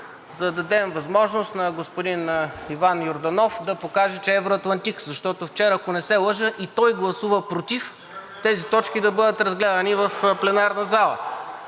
за да дадем възможност на господин Иван Йорданов да покаже, че е евроатлантик, защото вчера, ако не се лъжа, и той гласува против тези точки да бъдат разгледани в пленарната зала.